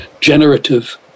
generative